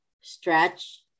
stretch